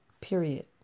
Period